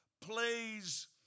plays